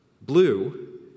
Blue